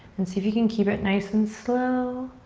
and see if you can keep it nice and slow.